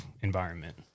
environment